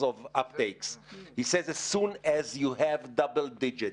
of updates as soon as you have double digits.